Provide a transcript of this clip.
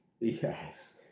Yes